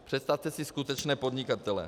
Představte si skutečné podnikatele.